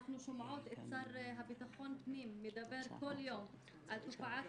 אנחנו שומעות את השר לביטחון פנים מדבר כל יום על תופעת